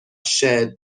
shared